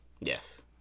Yes